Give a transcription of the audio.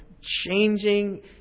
changing